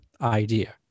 idea